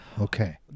Okay